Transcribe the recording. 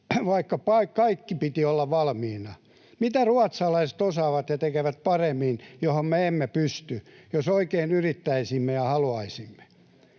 vaikka kaiken piti olla valmiina. Mitä ruotsalaiset osaavat ja tekevät paremmin, johon me emme pysty, jos oikein yrittäisimme ja haluaisimme?